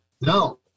No